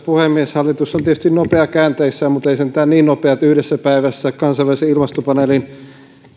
puhemies hallitus on tietysti nopea käänteissään mutta ei sentään niin nopea että yhdessä päivässä kansainvälisen ilmastopaneelin